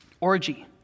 orgy